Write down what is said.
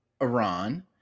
Iran